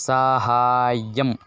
सहाय्यम्